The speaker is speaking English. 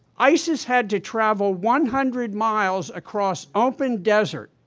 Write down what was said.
isis had to travel one hundred miles across open desert,